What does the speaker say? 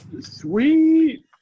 Sweet